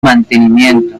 mantenimiento